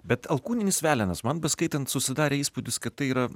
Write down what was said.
bet alkūninis velenas man beskaitant susidarė įspūdis kad tai yra